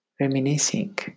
Reminiscing